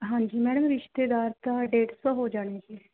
ਹਾਂਜੀ ਮੈਡਮ ਰਿਸ਼ਤੇਦਾਰ ਤਾਂ ਡੇਢ ਸੌ ਹੋ ਜਾਣੇ ਹੈ ਜੀ